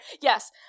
Yes